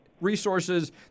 resources